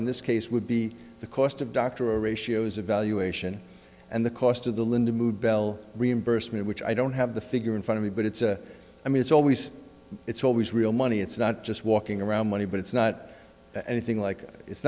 on this case would be the cost of doctor ratios evaluation and the cost of the linda move bell reimbursement which i don't have the figure in front of me but it's i mean it's always it's always real money it's not just walking around money but it's not anything like it's